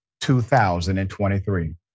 2023